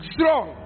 Strong